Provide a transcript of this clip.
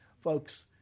folks